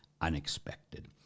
unexpected